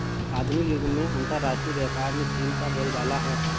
आधुनिक युग में अंतरराष्ट्रीय व्यापार में चीन का बोलबाला है